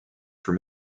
for